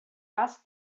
asked